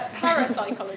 Parapsychology